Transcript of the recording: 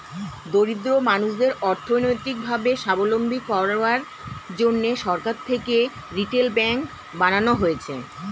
দরিদ্র মানুষদের অর্থনৈতিক ভাবে সাবলম্বী করার জন্যে সরকার থেকে রিটেল ব্যাঙ্ক বানানো হয়েছে